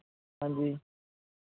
ਹਾਂਜੀ